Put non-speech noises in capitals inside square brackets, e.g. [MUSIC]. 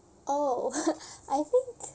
oh [LAUGHS] I think